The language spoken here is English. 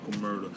Murder